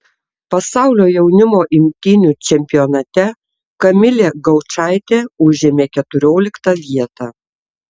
pasaulio jaunimo imtynių čempionate kamilė gaučaitė užėmė keturioliktą vietą